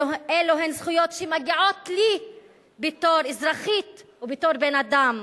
אלה הן זכויות שמגיעות לי בתור אזרחית ובתור בן-אדם.